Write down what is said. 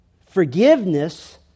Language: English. Forgiveness